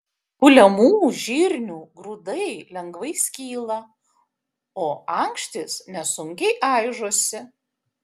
kuliamų žirnių grūdai lengvai skyla o ankštys nesunkiai aižosi